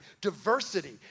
diversity